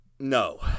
No